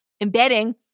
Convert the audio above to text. embedding